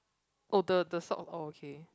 oh the the sock oh okay